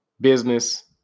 business